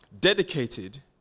dedicated